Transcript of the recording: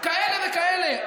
כאלה וכאלה,